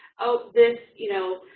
oh this, you know,